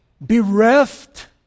bereft